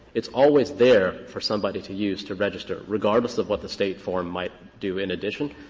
it's always there for somebody to use to register, regardless of what the state form might do in addition.